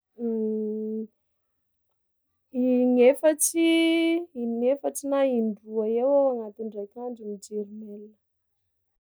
In-efatsy in-efatsy na in-droa eo eo aho mitondrak'anjo mijery mail.